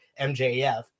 MJF